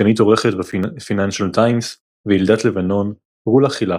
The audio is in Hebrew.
סגנית עורכת פייננשל טיימס וילידת לבנון רולא ח'לף,